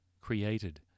created